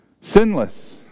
Sinless